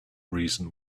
reason